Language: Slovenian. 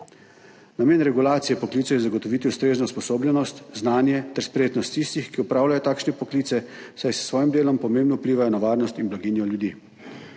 Namen regulacije poklicev je zagotoviti ustrezno usposobljenost, znanje ter spretnost tistih, ki opravljajo takšne poklice, saj s svojim delom pomembno vplivajo na varnost in blaginjo ljudi.